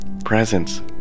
presence